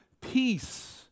peace